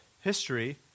history